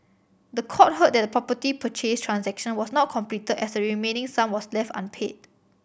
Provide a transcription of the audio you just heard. the court heard that the property purchase transaction was not completed as the remaining sum was left unpaid